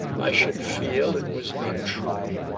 i should feel it was not true.